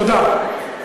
תודה.